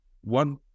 one